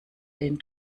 den